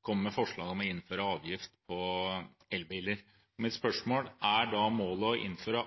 kommer med forslag om å innføre avgift på elbiler. Mitt spørsmål er: Er målet å innføre